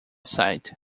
site